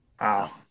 Wow